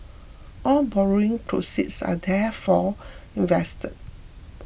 all borrowing proceeds are therefore invested